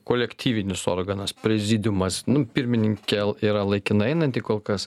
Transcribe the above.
kolektyvinis organas prezidiumas nu pirmininkė yra laikinai einanti kol kas